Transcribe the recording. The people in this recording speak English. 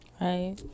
Right